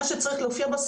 צריך להיות ברור,